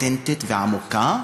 אותנטית ועמוקה,